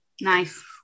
Nice